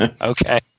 okay